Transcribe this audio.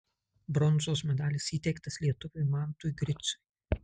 bronzos medalis įteiktas lietuviui mantui griciui